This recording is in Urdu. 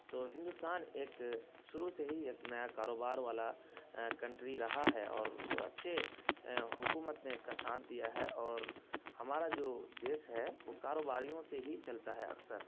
تو ہندوستان ایک شروع سے ہی ایک نیا کاروبار والا کنٹری رہا ہے اور اچھے حکومت نے اس کا ساتھ دیا ہے اور ہمارا جو دیش ہے وہ کاروباریوں سے ہی چلتا ہے اکثر